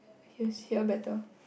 use here better